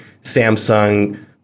Samsung